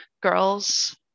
girls